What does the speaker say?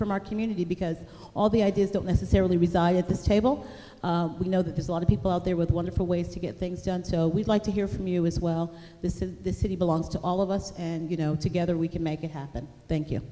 from our community because all the ideas don't necessarily reside at this table we know that there's a lot of people out there with wonderful ways to get things done so we'd like to hear from you as well this is the city belongs to all of us and you know together we can make it happen thank you